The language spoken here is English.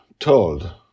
Told